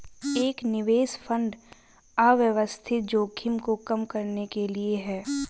एक निवेश फंड अव्यवस्थित जोखिम को कम करने के लिए है